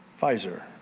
Pfizer